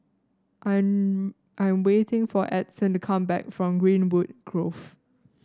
I'm waiting for Edson to come back from Greenwood Grove